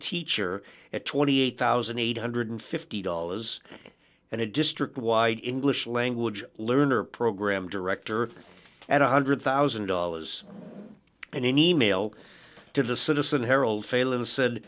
teacher at twenty eight thousand eight hundred and fifty dollars and a district wide in glitch language learner program director at one hundred thousand dollars and an email to the citizen herald phailin said